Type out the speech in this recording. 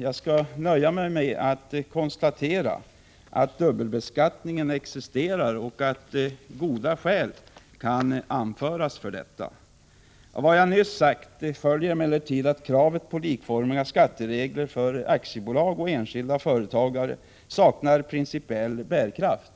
Jag nöjer mig med att konstatera att dubbelbeskattningen existerar och att goda skäl kan anföras för detta. Av vad jag nyss sagt följer emellertid att kravet på likformiga skatteregler för aktiebolag och enskilda företagare saknar principiell bärkraft.